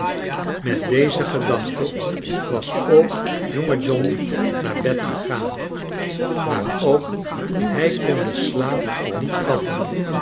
met deze gedachte was ook jonge john naar bed gegaan maar ook hij kon den slaap niet vatten